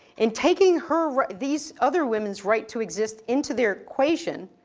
in taking her ri, these other women's right to exist into their equation,